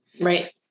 Right